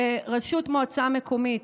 בראשות מועצה מקומית,